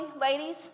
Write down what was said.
ladies